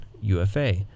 UFA